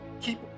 keep